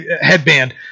headband